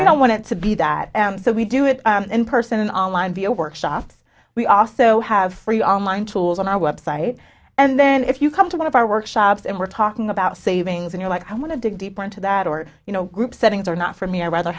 i don't want it to be that so we do it in person and online via workshops we also have free online tools on our website and then if you come to one of our workshops and we're talking about savings and you're like i want to dig deeper into that or you know group settings are not for me i'd rather